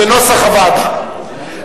כנוסח הוועדה.